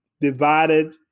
divided